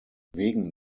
wegen